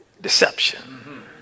Deception